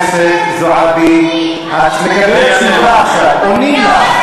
אתה בא, אתה מתיישב במקומי,